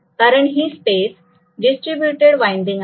कारण ही space distributed winding आहे